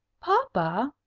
papa,